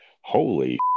Holy